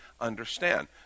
understand